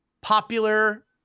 popular